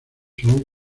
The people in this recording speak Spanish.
son